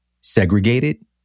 segregated